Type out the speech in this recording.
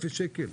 אפס שקל.